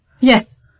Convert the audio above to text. Yes